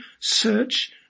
search